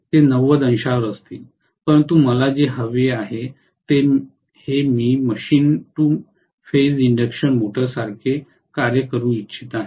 ते 90 अंशांवर असतील परंतु मला जे हवे आहे ते हे मी हे मशीन टू फेज इंडक्शन मोटरसारखे कार्य करू इच्छित आहे